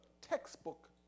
Textbook